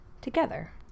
together